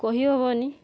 କହି ହବନି